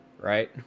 Right